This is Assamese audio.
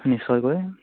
নিশ্চয়কৈ